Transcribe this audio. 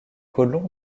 colons